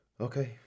Okay